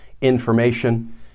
information